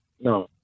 no